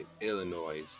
Illinois